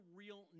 real